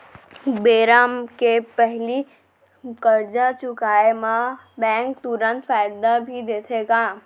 बेरा के पहिली करजा चुकोय म बैंक तुरंत फायदा भी देथे का?